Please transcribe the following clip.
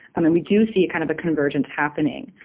i mean, we do see kind of a convergence happening.